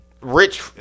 rich